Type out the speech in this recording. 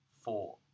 four